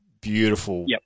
beautiful